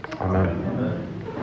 Amen